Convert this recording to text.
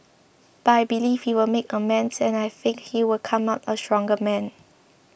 but I believe you will make amends and I think he will come out a stronger man